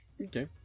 Okay